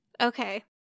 Okay